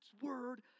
word